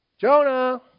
Jonah